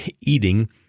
eating